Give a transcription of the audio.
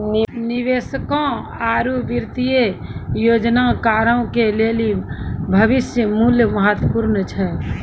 निवेशकों आरु वित्तीय योजनाकारो के लेली भविष्य मुल्य महत्वपूर्ण छै